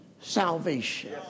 salvation